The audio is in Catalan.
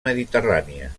mediterrània